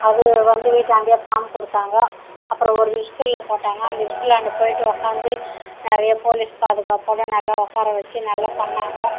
அது வந்து வீட்டாண்டேயே ஃபார்ம் கொடுத்தாங்கோ அப்புறம் ஒரு ஸ்கூலில் போட்டாங்கோ அந்த ஸ்கூல்லாண்ட போய்விட்டு உக்காந்து நிறைய போலீஸ் பாதுகாப்போடு நல்லா உக்கார வச்சு நல்லா பண்ணிணாங்கோ